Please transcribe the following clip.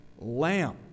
lamp